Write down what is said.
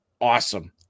awesome